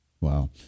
Wow